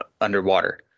Underwater